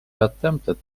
attempted